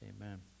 Amen